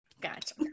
Gotcha